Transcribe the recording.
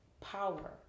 power